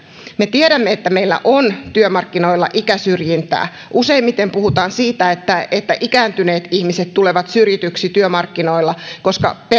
me tiedämme että meillä on työmarkkinoilla ikäsyrjintää useimmiten puhutaan siitä että että ikääntyneet ihmiset tulevat syrjityiksi työmarkkinoilla koska